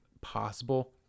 possible